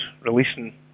releasing